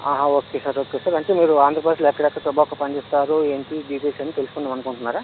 okay sir okay sir అంటే మీరు ఆంధ్రపరదేశ్లో ఎక్కడెక్కడ టొబాకో పని చేస్తారు ఏంటి డీటేయిల్స్ అన్ని తెలుసుకుందాం అనుకుంటున్నారా